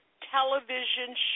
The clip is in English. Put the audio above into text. television